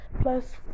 plus